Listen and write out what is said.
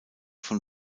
von